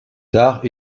tard